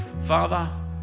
Father